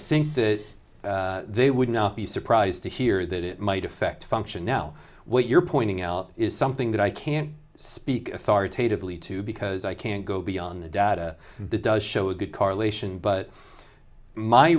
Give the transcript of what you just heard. think that they would not be surprised to hear that it might affect function now what you're pointing out is something that i can't speak authoritatively to because i can't go beyond the data does show a good correlation but my